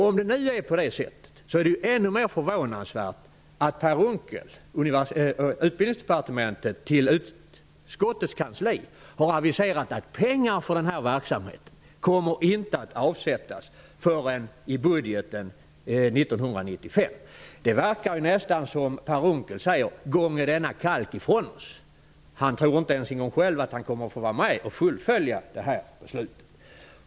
Om det nu är så, är det ännu mera förvånande att Per Unckel och Utbildningsdepartementet till utskottets kansli har aviserat att pengar för denna verksamhet inte kommer att avsättas förrän i 1995 års budget. Det verkar nästan som om Per Unckel säger: Gånge denna kalk ifrån oss! Han tror inte ens själv att han kommer att få vara med om att fullfölja detta beslut.